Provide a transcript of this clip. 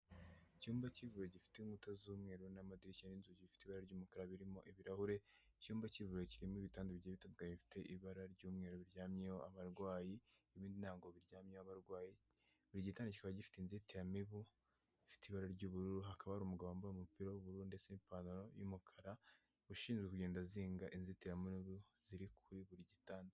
Icyumba cy'ivu gifite inkuta z'umweru n'amadirishya n'inzugi zifite ibara ry'umukara birimo ibirahure icyumba cy'ikivu kirimo ibitanda bifite ibara ry'umweru biryamyeho abarwayi buri gitanda kiba gifite inzitiramibu ifite ibara ry'ubururu hakaba ari umugabo wambaye umupira w'ubururu ndetse n'ipantaro y'umukara ushinzwe kugenda azinga inzitiramubu ziri kuri buri gitanda.